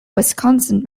wisconsin